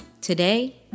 Today